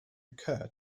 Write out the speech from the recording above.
occur